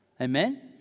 Amen